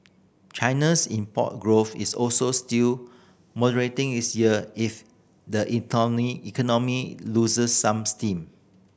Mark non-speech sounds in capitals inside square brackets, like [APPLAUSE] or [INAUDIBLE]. China's import growth is also still moderating this year if the [UNINTELLIGIBLE] economy loses some steam